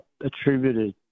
attributed